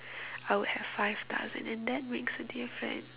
I would have five thousand and that makes a difference